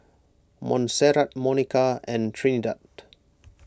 Montserrat Monika and Trinidad